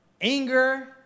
Anger